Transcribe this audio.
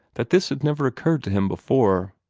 that this had never occurred to him before?